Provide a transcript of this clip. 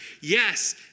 Yes